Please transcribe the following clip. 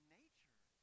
nature